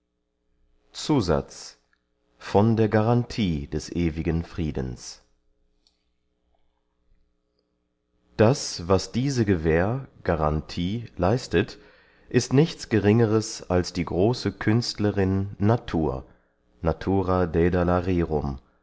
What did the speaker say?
zusatz von der garantie des ewigen friedens das was diese gewähr garantie leistet ist nichts geringeres als die große künstlerin natur natura daedala